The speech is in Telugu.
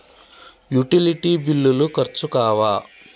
యుటిలిటీ బిల్లులు ఖర్చు కావా?